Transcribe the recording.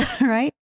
right